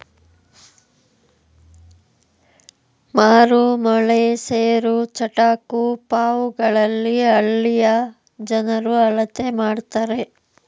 ಮಾರು, ಮೊಳ, ಸೇರು, ಚಟಾಕು ಪಾವುಗಳಲ್ಲಿ ಹಳ್ಳಿಯ ಜನರು ಅಳತೆ ಮಾಡ್ತರೆ